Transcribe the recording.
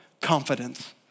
confidence